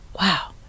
Wow